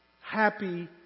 Happy